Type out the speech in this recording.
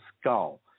skull